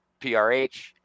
PRH